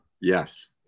yes